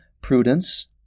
prudence